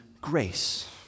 grace